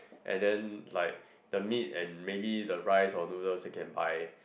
and then like the meat and maybe the rice or noodles they can buy